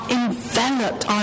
enveloped